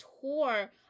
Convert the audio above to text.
tour